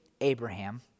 Abraham